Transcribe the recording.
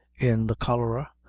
in the cholera,